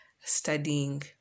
studying